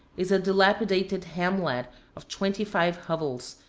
is a dilapidated hamlet of twenty-five hovels,